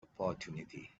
opportunity